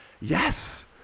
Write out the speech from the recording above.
yes